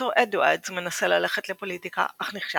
ד"ר אדוארדס מנסה ללכת לפוליטיקה אך נכשל.